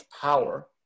power